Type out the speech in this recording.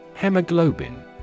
Hemoglobin